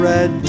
Red